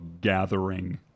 gathering